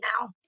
now